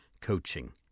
coaching